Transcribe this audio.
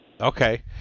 okay